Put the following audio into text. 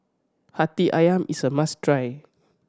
Hati Ayam is a must try